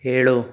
ಏಳು